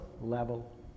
level